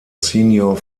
senior